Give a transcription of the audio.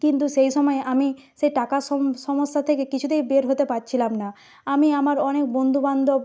কিন্তু সেই সময় আমি সেই টাকার সমস্যা থেকে কিছুতেই বের হতে পারছিলাম না আমি আমার অনেক বন্ধুবান্ধব